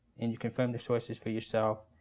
and you confirm the sources for yourself.